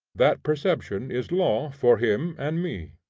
that perception is law for him and me.